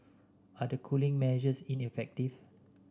are the cooling measures ineffective